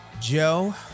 Joe